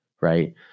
right